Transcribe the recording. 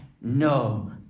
no